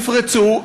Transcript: הן נפרצו,